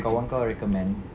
kawan kau recommend